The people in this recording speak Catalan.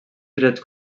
drets